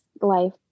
life